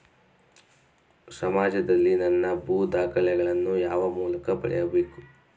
ಸಮಾಜದಲ್ಲಿ ನನ್ನ ಭೂ ದಾಖಲೆಗಳನ್ನು ಯಾವ ಮೂಲಕ ಪಡೆಯಬೇಕು?